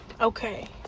okay